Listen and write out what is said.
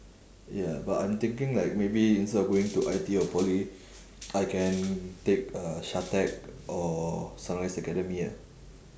ya but I'm thinking like maybe instead of going to I_T_E or poly I can take uh SHATEC or sunrise academy eh